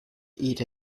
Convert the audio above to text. eat